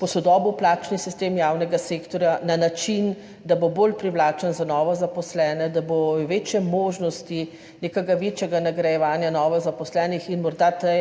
posodobil plačni sistem javnega sektorja, na način, da bo bolj privlačen za novo zaposlene, da bodo večje možnosti nekega večjega nagrajevanja novo zaposlenih in morda to